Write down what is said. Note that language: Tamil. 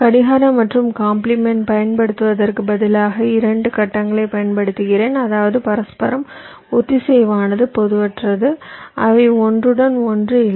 கடிகாரம் மற்றும் காம்ப்ளீமென்ட் பயன்படுத்துவதற்குப் பதிலாக இரண்டு கட்டங்களைப் பயன்படுத்துகிறேன் அதாவது பரஸ்பரம் ஒத்திசைவானது பொதுவற்றது அவை ஒன்றுடன் ஒன்று இல்லை